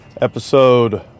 episode